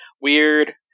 weird